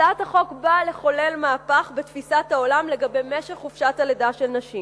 הצעת החוק באה לחולל מהפך בתפיסת העולם לגבי משך חופשת הלידה של נשים